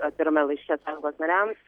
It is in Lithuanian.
atvirame laiške sąjungos nariams